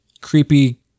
creepy